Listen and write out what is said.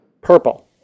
Purple